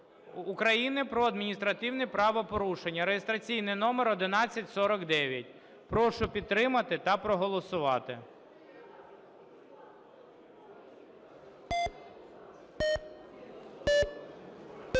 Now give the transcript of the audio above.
України про адміністративні правопорушення (реєстраційний номер 1149). Прошу підтримати та проголосувати.